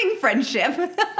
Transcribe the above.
friendship